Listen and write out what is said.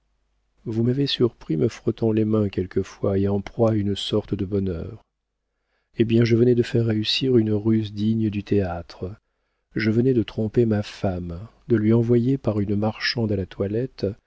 vous m'avez surpris me frottant les mains quelquefois et en proie à une sorte de bonheur eh bien je venais de faire réussir une ruse digne du théâtre je venais de tromper ma femme de lui envoyer par une marchande à la toilette